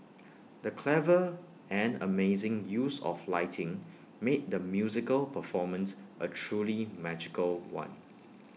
the clever and amazing use of lighting made the musical performance A truly magical one